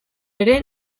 ere